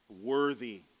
worthy